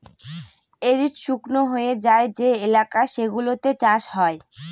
arid শুকনো হয়ে যায় যে এলাকা সেগুলোতে চাষ হয়